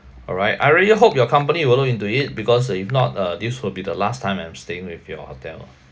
alright I really hope your company will look into it because uh if not uh this will be the last time I'm staying with your hotel